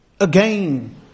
again